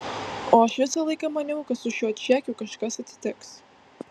o aš visą laiką maniau kad su šiuo čekiu kažkas atsitiks